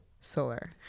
solar